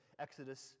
Exodus